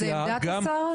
תעשו את המאגר בשרשרת החיול?